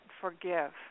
Forgive